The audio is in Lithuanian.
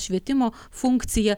švietimo funkciją